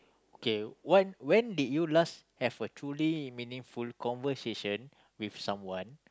kay what when did you last have a truly meaningful conversation with someone